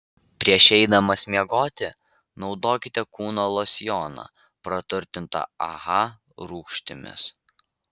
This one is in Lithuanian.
prieš eidamos miegoti naudokite kūno losjoną praturtintą aha rūgštimis